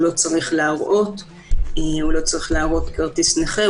הוא לא צריך להראות כרטיס נכה,